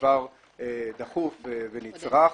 כדבר דחוף ונצרך.